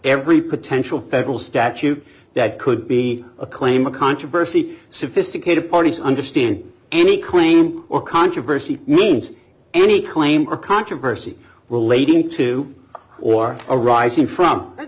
every potential federal statute that could be a claim of controversy sophisticated parties understand any claim or controversy means any claim or controversy relating to or arising from